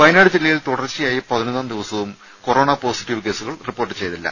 വയനാട് ജില്ലയിൽ തുടർച്ചയായി പതിനൊന്നാം ദിവസവും കൊറോണ പോസിറ്റീവ് കേസുകൾ റിപ്പോർട്ട് ചെയ്തില്ല